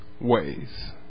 ways